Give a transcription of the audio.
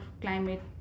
climate